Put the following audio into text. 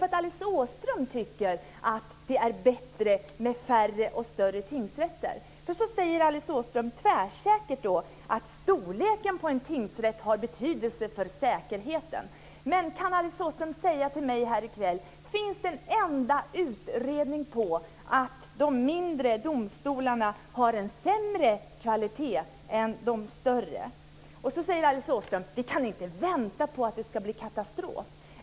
Alice Åström tycker att det är bättre med färre och större tingsrätter. Hon säger tvärsäkert att storleken på en tingsrätt har betydelse för säkerheten. Kan Alice Åström tala om för mig om det finns en enda utredning som visar att de mindre domstolarna har sämre kvalitet än de större? Sedan säger Alice Åström att vi inte kan vänta på att det ska bli katastrof.